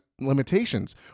limitations